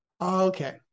Okay